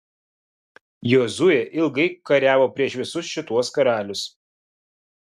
jozuė ilgai kariavo prieš visus šituos karalius